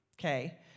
okay